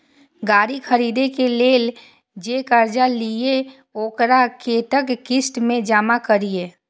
गाड़ी खरदे के लेल जे कर्जा लेलिए वकरा कतेक किस्त में जमा करिए?